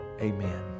amen